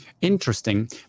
interesting